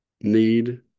need